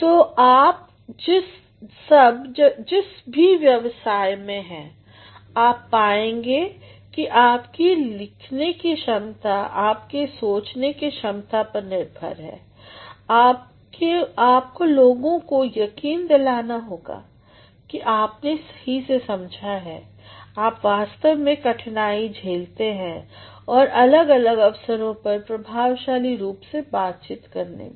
तो आप सब जिस भी व्यवसाय में हैं आप पाएंगे कि आपकी लिखने की क्षमता आपके सोचने की क्षमता पर निर्भर है आपको लोगों को यकीन दिलाना होगा कि आपने सही से समझा है आप वास्तव में कठिनाई झेलते हैं अलग अलग अवसरों पर प्रभावशाली रूप से बातचीत करने में